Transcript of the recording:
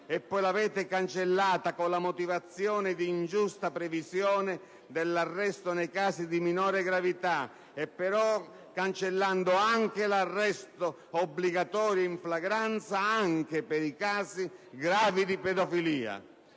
e poi l'avete cancellata, con la motivazione di ingiusta previsione dell'arresto nei casi di minore gravità e, però, cancellando anche l'arresto obbligatorio in flagranza anche per i casi gravi di pedofilia?